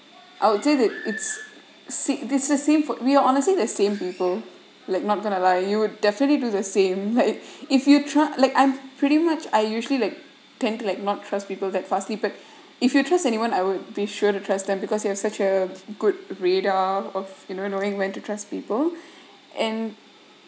I would say that it's sam~ this is same for we're honestly the same people like not going to lie you would definitely do the same like if you try like I'm pretty much I usually like think like not trust people that fussy but if you trust anyone I would be sure to trust them because you have such a good radar of you know knowing when to trust people and